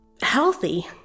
healthy